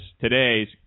today's